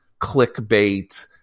clickbait